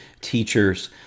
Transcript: teachers